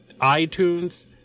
iTunes